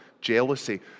jealousy